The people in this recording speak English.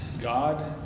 God